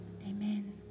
amen